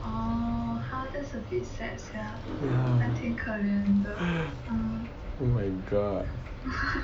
ya oh my god